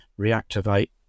reactivate